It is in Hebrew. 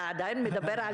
אתה עדיין מדבר על ילדים?